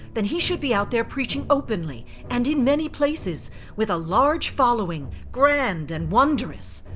then he should be out there preaching openly and in many places with a large following grand and wondrous.